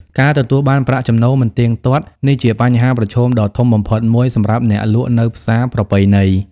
ការទទួលបានប្រាក់ចំណូលមិនទៀងទាត់ នេះជាបញ្ហាប្រឈមដ៏ធំបំផុតមួយសម្រាប់អ្នកលក់នៅផ្សារប្រពៃណី។